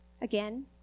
Again